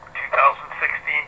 2016